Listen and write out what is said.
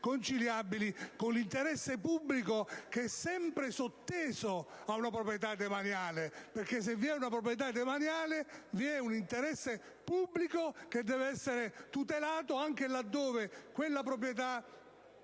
conciliabili con l'interesse pubblico, sempre sotteso ad una proprietà demaniale. Infatti, se vi una proprietà demaniale vi è un interesse pubblico che deve essere tutelato, anche laddove quel bene